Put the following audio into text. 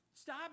Stop